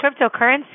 cryptocurrency